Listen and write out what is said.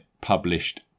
published